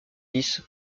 dix